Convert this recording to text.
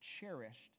cherished